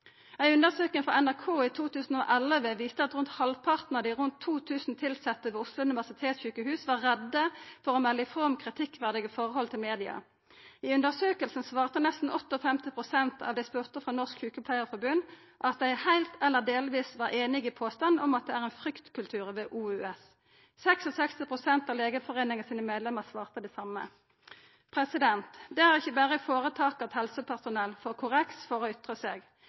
Ei undersøking frå NRK i 2011 viste at rundt halvparten av dei rundt 2 000 tilsette ved Oslo universitetssjukehus var redde for å melda frå om kritikkverdige forhold til media. I undersøkinga svarte nesten 58 pst. av dei spurde frå Norsk Sjukepleiarforbund at dei heilt eller delvis var einige i påstanden om at det er ein fryktkultur ved OUS. 66 pst. av Legeforeningen sine medlemmer svarte det same. Det er ikkje berre i føretaka at helsepersonell får korreks for å ytra seg.